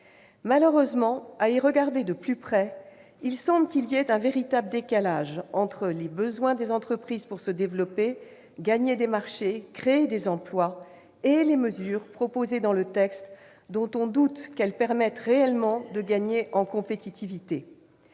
Malheureusement, à y regarder de plus près, il semble qu'il y ait un véritable décalage entre les besoins des entreprises pour se développer, gagner des marchés et créer des emplois et les mesures contenues dans ce texte, dont on doute qu'elles permettent réellement de gagner en compétitivité.